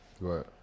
Right